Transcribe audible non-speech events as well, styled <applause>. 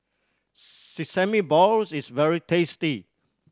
<unintelligible> sesame balls is very tasty